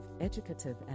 educative